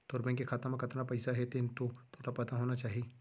तोर बेंक के खाता म कतना पइसा हे तेन तो तोला पता होना चाही?